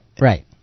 right